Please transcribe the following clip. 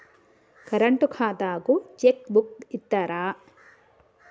Current ఖాతాకు cheque book ఇత్తరా?